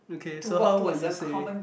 okay so how will you say